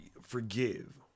forgive